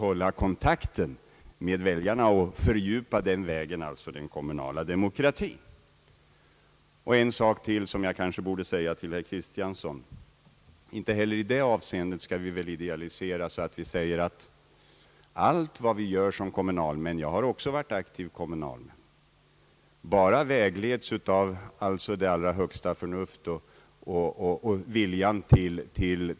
På det sättet kan alltså den kommunala demokratin fördjupas. Till herr Kristiansson skulle jag vilja säga, att vi nog inte heller skall idealisera på det sättet att vi menar att allt vad vi gör som kommunalmän — jag har också varit aktiv kommunalman — präglas av allra högsta förnuft och vilja